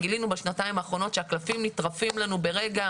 גילינו בשנתיים האחרונות שהקלפים נטרפים לנו ברגע.